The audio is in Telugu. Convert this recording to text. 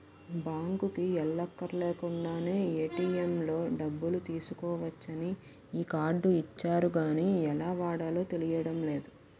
బాంకుకి ఎల్లక్కర్లేకుండానే ఏ.టి.ఎం లో డబ్బులు తీసుకోవచ్చని ఈ కార్డు ఇచ్చారు గానీ ఎలా వాడాలో తెలియడం లేదు